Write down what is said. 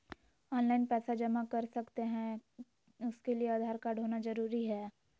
Online पैसा जमा कर सकते हैं उसके लिए आधार कार्ड होना जरूरी है?